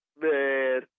Man